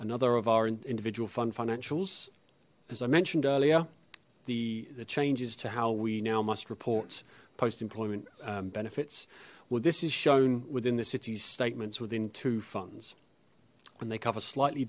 another of our individual fund financials as i mentioned earlier the the changes to how we now must report post employment benefits well this is shown within the city's statements within two funds when they cover slightly